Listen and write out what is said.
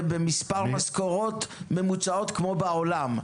במספר משכורות ממוצעות כמו בעולם,